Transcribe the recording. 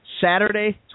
Saturday